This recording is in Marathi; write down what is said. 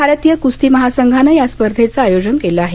भारतीय कुस्ती महासंघानं या स्पर्धेचं आयोजन केलं आहे